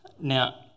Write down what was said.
Now